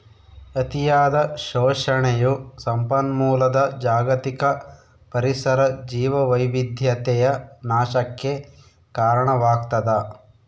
ಅತಿಯಾದ ಶೋಷಣೆಯು ಸಂಪನ್ಮೂಲದ ಜಾಗತಿಕ ಪರಿಸರ ಜೀವವೈವಿಧ್ಯತೆಯ ನಾಶಕ್ಕೆ ಕಾರಣವಾಗ್ತದ